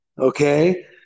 Okay